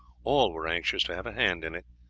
all were anxious to have a hand in it.